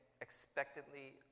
expectantly